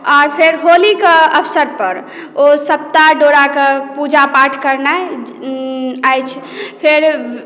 आओर फेर होलीके अवसर पर ओ सप्ता डोराके पूजा पाठ करनाइ अछि फेर